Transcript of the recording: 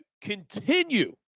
continue